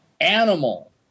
animal